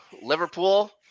Liverpool